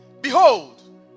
Behold